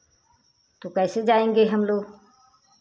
तो कैसे जाएँगे हम लोग